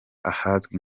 ahazwi